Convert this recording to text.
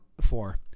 Four